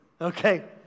Okay